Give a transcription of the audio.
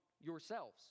yourselves